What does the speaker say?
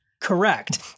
Correct